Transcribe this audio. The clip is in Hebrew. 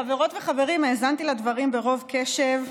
חברות וחברים, האזנתי לדברים ברוב קשב,